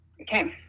okay